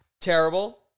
terrible